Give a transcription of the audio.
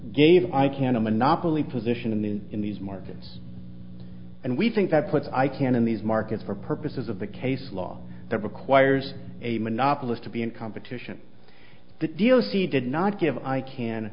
gave icann a monopoly position in in these markets and we think that puts icann in these markets for purposes of the case law that requires a monopolist to be in competition the d l c did not give ican